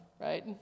right